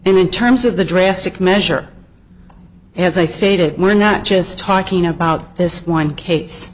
and in terms of the drastic measure as i stated we're not just talking about this one case